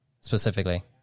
specifically